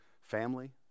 Family